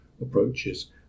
approaches